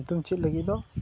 ᱧᱩᱛᱩᱢ ᱪᱮᱫ ᱞᱟᱹᱜᱤᱫ ᱫᱚ